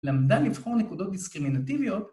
למדה לבחור נקודות דיסקרימינטיביות